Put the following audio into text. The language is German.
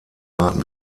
warten